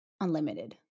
unlimited